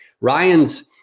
Ryan's